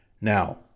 now